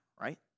right